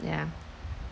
yeah